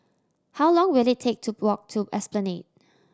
how long will it take to walk to Esplanade